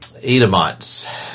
Edomites